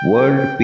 World